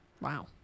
Wow